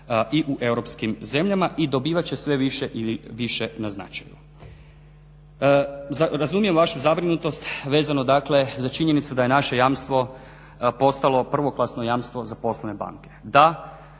i u europskim zemljama i dobivat će sve više i više na značaju. Razumijem vašu zabrinutost vezano dakle za činjenicu da je naše jamstvo postalo prvoklasno jamstvo za poslovne banke. Da,